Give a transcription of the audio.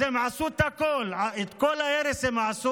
אז הם עשו הכול, את כל ההרס הם עשו,